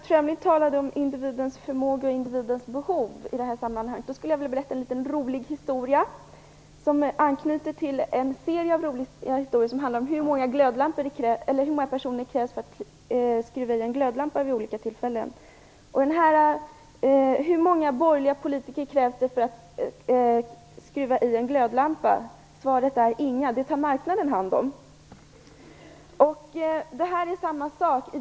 Fru talman! Lennart Fremling talade om individens förmåga och individens behov i detta sammanhang. Jag skulle vilja berätta en rolig historia som anknyter till en serie av roliga historier som handlar om hur många personer det krävs för att skruva i en glödlampa vid olika tillfällen. Hur många borgerliga politiker krävs det för att skruva i en glödlampa? Svaret är: Ingen. Det tar marknaden hand om. Det är samma sak här.